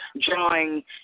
drawing